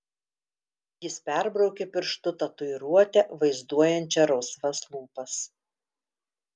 jis perbraukė pirštu tatuiruotę vaizduojančią rausvas lūpas